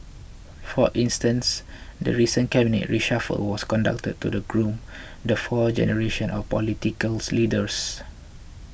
for instance the recent cabinet reshuffle was conducted to the groom the fourth generation of political leaders